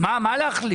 מה, מה להחליט?